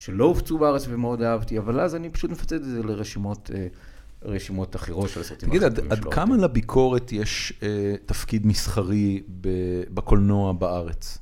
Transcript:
שלא הופצו בארץ ומאוד אהבתי, אבל אז אני פשוט מפצל את זה לרשימות אחרות של הסרטים האחרים שלו. תגיד, עד כמה לביקורת יש תפקיד מסחרי בקולנוע בארץ?